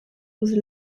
was